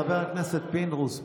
חבר הכנסת פינדרוס,